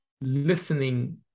listening